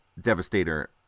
devastator